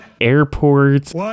Airports